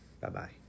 Bye-bye